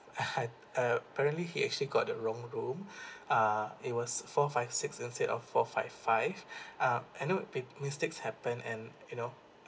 I had uh apparently he actually got the wrong room uh it was four five six instead of four five five uh I know mis~ mistakes happen and you know